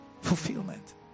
Fulfillment